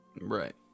Right